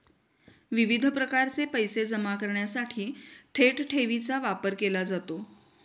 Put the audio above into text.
विविध प्रकारचे पैसे जमा करण्यासाठी थेट ठेवीचा वापर केला जातो